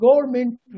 government